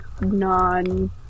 non